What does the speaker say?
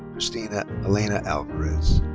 cristina alana alvarez.